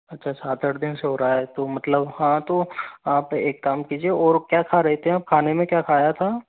अच्छा सात आठ दिन से हो रहा है तो मतलब हाँ तो आप एक काम कीजिए और क्या खा रहे थे आप खाने में क्या खाया था